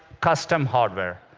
custom hardware.